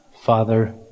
Father